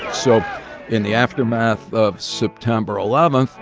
so in the aftermath of september eleven,